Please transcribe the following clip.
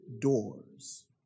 doors